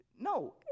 No